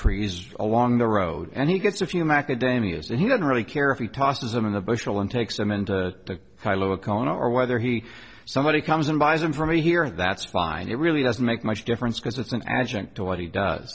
trees along the road and he gets a few macadamias and he doesn't really care if he tosses them in the bushel and takes them into the kailua kona or whether he somebody comes in buys them for me here that's fine it really doesn't make much difference because it's an adjunct to what he does